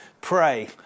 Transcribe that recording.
Pray